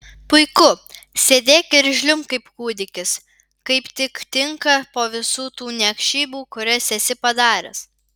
puiku sėdėk ir žliumbk kaip kūdikis kaip tik tinka po visų tų niekšybių kurias esi padaręs